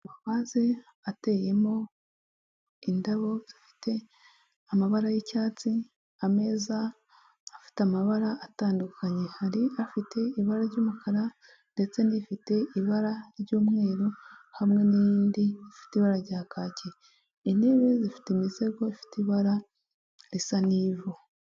Amavaze ateyemo indabo zifite amabara y'icyatsi, ameza afite amabara atandukanye, hari afite ibara ry'umukara ndetse n'ifite ibara ry'umweru hamwe n'iyindi ifite ibara rya kake, intebe zifite imisego ifite ibara risa n'ivu.